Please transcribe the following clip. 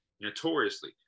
notoriously